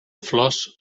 flors